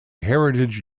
heritage